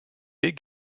big